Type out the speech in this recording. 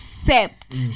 Accept